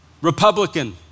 Republican